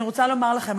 אני רוצה לומר לכם,